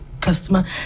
customer